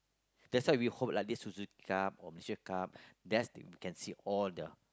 that's why we hope lah this Suzuki-Cup or Malaysia-Cup that's we can see all the